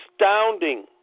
astounding